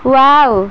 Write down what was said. wow